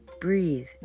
Breathe